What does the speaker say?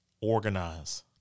Organize